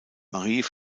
marie